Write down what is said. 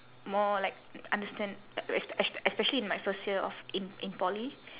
more like understand es~ es~ especially in my first year of in in poly